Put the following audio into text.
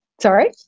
sorry